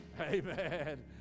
Amen